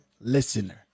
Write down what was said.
listener